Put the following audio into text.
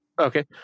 Okay